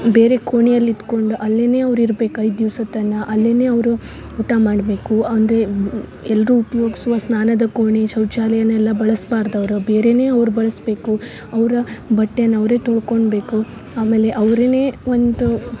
ಬೇರೆ ಕೋಣಿಯಲ್ಲಿ ಇದ್ಕೊಂಡು ಅಲ್ಲಿನೇ ಅವ್ರು ಇರ್ಬೇಕು ಐದು ದಿವಸ ತನಕ ಅಲ್ಲಿನೆ ಅವರು ಊಟ ಮಾಡಬೇಕು ಅಂದರೆ ಎಲ್ಲರೂ ಉಪ್ಯೋಗ್ಸುವ ಸ್ನಾನದ ಕೋಣೆ ಶೌಚಾಲಯನೆಲ್ಲ ಬಳಸ್ಬಾರ್ದು ಅವರು ಬೇರೆನೇ ಅವ್ರು ಬಳ್ಸ್ಬೇಕು ಅವ್ರ ಬಟ್ಟೆನ ಅವರೇ ತೊಳ್ಕೊಬೇಕು ಆಮೇಲೆ ಅವರೇನೆ ಒಂದು